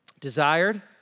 desired